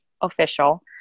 official